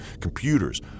Computers